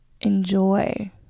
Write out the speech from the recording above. enjoy